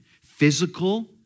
Physical